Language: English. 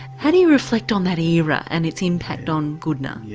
how do you reflect on that era and its impact on goodna? yeah